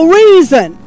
reason